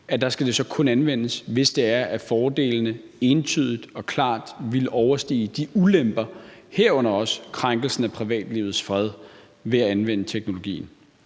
at der skal det så kun anvendes, hvis det er, at fordelene entydigt og klart ville overstige de ulemper, herunder også krænkelsen af privatlivets fred, ved at anvende teknologien.